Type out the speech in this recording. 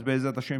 אז בעזרת השם,